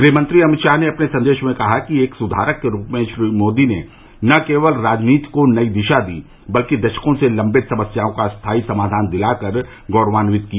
गृहमंत्री अमित शाह ने अपने संदेश में कहा कि एक सुधारक के रूप में श्री मोदी ने न केवल राजनीति को नई दिशा दी बल्कि दशकों से लंबित समस्याओं का स्थाई समाधान दिलाकर गौरवान्वित किया